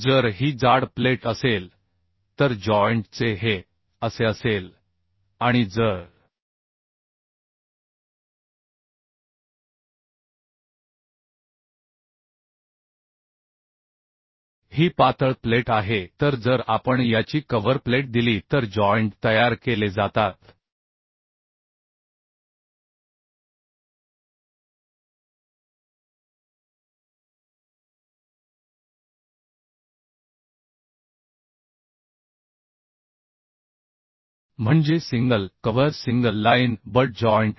जर ही जाड प्लेट असेल तर जॉइंट चे हे असे असेल आणि जर ही पातळ प्लेट आहे तर जर आपण याची कव्हर प्लेट दिली तर जॉइंट तयार केले जातात म्हणजे single cover single line butt joint